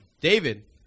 David